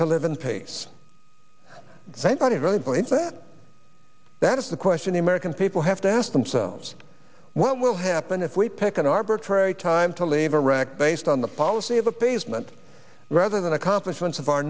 to live in pace thank god he really believes that that is the question the american people have to ask themselves what will happen if we pick an arbitrary time to leave iraq based on the policy of appeasement rather than accomplishments of our